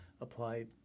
apply